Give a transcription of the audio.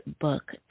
book